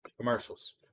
commercials